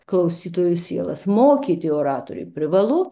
klausytojų sielas mokyti oratoriui privalu